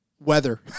weather